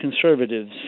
Conservatives